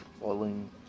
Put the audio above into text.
falling